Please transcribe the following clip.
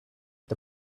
the